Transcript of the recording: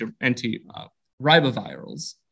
anti-ribavirals